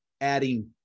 adding